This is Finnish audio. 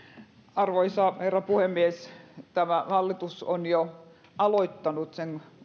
arvoisa herra puhemies tämä hallitus on jo aloittanut